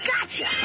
Gotcha